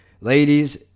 ladies